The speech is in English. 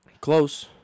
Close